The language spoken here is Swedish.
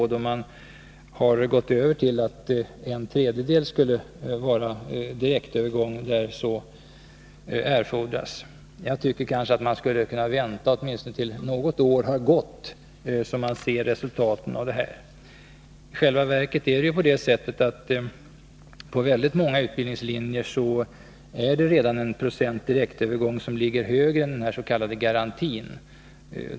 Då gick man över till att tillämpa principen att för en tredjedel av antagningsplatserna skulle gälla direktövergång där så erfordras. Men jag tycker nog att man skall vänta något år, så att man först kan se resultaten av detta. I själva verket är det ju så att det på väldigt många utbildningslinjer är en direktövergång som ligger högre än den s.k. garantin.